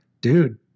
dude